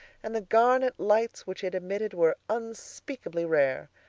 and the garnet lights which it emitted were unspeakably rare.